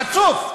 חצוף.